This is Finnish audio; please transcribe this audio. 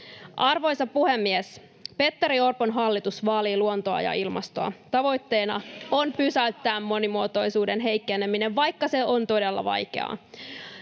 Arvoisa puhemies! Petteri Orpon hallitus vaalii luontoa ja ilmastoa. [Välihuuto vasemmalta] Tavoitteena on pysäyttää monimuotoisuuden heikkeneminen, vaikka se on todella vaikeaa.